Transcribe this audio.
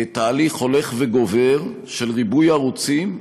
תהליך הולך וגובר של ריבוי ערוצים,